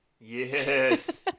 Yes